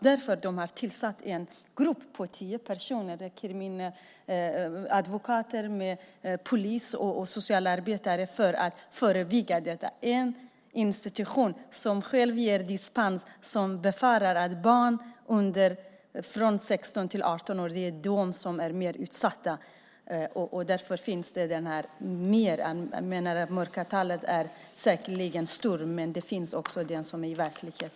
De har nämligen tillsatt en grupp på tio personer - advokater, polis och socialarbetare - för att förebygga detta. Den institution som själv ger dispens befarar alltså att barn mellan 16 och 18 år är mer utsatta, och därför är mörkertalet säkerligen stort.